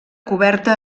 coberta